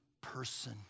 person